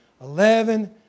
eleven